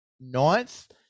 ninth